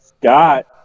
Scott